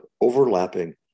overlapping